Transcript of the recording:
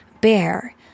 Bear